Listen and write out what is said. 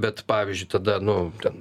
bet pavyzdžiui tada nu ten